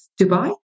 Dubai